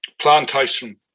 plantation